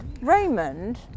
Raymond